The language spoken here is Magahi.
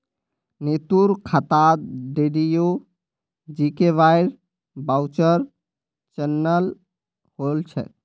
नीतूर खातात डीडीयू जीकेवाईर वाउचर चनई होल छ